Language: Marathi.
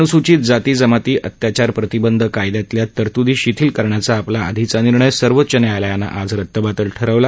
अनुसूचित जाती जमाती अत्याचार प्रतिबंध कायदयातल्या तरतूदी शिथिल करण्याचा आपला आधीचा निर्णय सर्वोच्च न्यायालयानं आज रद्दबातल ठरवला